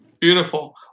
Beautiful